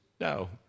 No